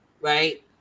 right